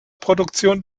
produktion